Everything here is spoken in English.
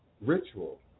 Ritual